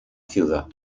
ciudad